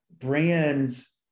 brands